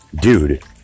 Dude